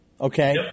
okay